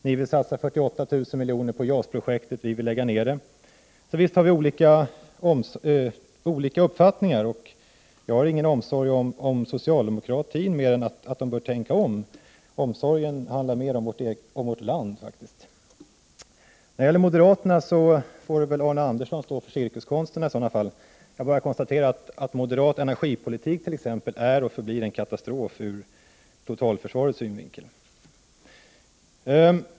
Ni vill satsa 48 000 miljoner på JAS-projektet. Vi vill lägga ned det. Visst har vi olika uppfattningar. Jag har ingen omsorg om socialdemokraterna, mer än att de bör tänka om. Omsorgen gäller mer vårt land. Anders Andersson får väl stå för cirkuskonsterna själv. Jag bara konstaterar att moderat energipolitik är och förblir en katastrof ur totalförsvarets synvinkel.